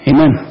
Amen